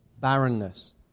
barrenness